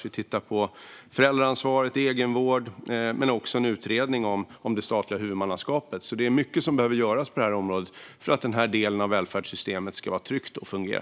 Vi tittar på föräldraansvaret, egenvård och en utredning om det statliga huvudmannaskapet. Det är alltså mycket som behöver göras på detta område för att den här delen av välfärdssystemet ska vara trygg och fungera.